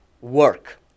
work